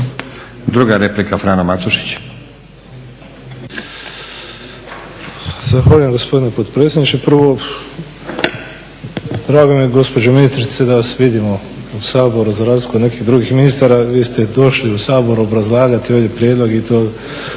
Druga replika, Frano Matušić.